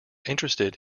interested